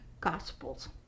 gospels